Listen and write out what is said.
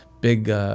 big